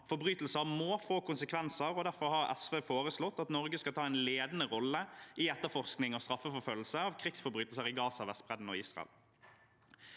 Forbrytelser må få konsekvenser, og derfor har SV foreslått at Norge skal ta en ledende rolle i etterforskning og straffeforfølgning av krigsforbrytelser i Gaza, på Vestbredden og i Israel.